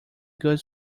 good